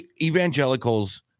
evangelicals